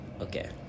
okay